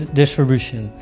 distribution